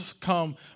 come